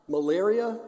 Malaria